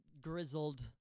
grizzled